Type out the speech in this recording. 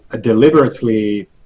deliberately